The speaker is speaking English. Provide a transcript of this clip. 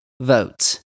vote